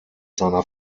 seiner